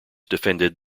defended